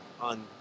on